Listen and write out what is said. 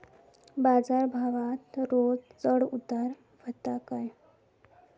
बाजार भावात रोज चढउतार व्हता काय?